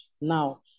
now